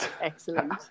Excellent